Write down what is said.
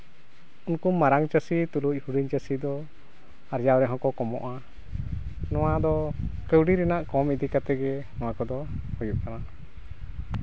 ᱩᱱᱠᱩ ᱢᱟᱨᱟᱝ ᱪᱟᱹᱥᱤ ᱛᱩᱞᱩᱡ ᱦᱩᱰᱤᱧ ᱪᱟᱹᱥᱤ ᱫᱚ ᱟᱨᱡᱟᱣ ᱨᱮᱦᱚᱸ ᱠᱚ ᱠᱚᱢᱚᱜᱼᱟ ᱱᱚᱣᱟ ᱫᱚ ᱠᱟᱹᱣᱰᱤ ᱨᱮᱱᱟᱜ ᱠᱚᱢ ᱤᱫᱤ ᱠᱟᱛᱮ ᱜᱮ ᱱᱚᱣᱟ ᱠᱚᱫᱚ ᱦᱩᱭᱩᱜ ᱠᱟᱱᱟ